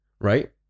right